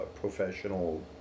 professional